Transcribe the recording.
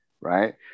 Right